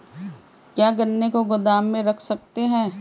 क्या गन्ने को गोदाम में रख सकते हैं?